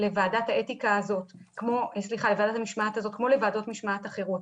לוועדת המשמעת הזאת כמו לוועדות משמעת אחרות,